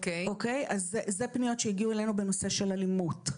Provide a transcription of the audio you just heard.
אלה פניות שהגיעו אלינו בנושא של אלימות.